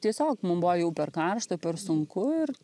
tiesiog mum buvo jau per karšta per sunku ir